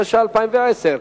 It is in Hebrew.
התש"ע 2010,